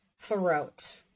throat